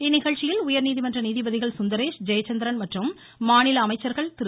இந்நிகழ்ச்சியில் உயர்நீதிமன்ற நீதிபதிகள் சுந்தரேஷ் ஜெயச்சந்திரன் மற்றும் மாநில அமைச்சர்கள் திரு